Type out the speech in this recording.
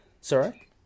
Sorry